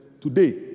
today